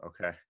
Okay